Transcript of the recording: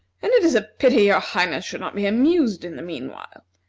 and it is a pity your highness should not be amused in the meanwhile.